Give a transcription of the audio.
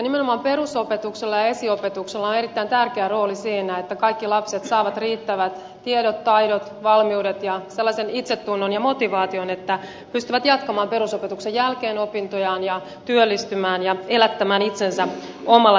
nimenomaan perusopetuksella ja esiopetuksella on erittäin tärkeä rooli siinä että kaikki lapset saavat riittävät tiedot taidot valmiudet ja sellaisen itsetunnon ja motivaation että he pystyvät jatkamaan perusopetuksen jälkeen opintojaan ja työllistymään ja elättämään itsensä omalla työllään